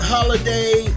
Holiday